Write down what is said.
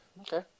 Okay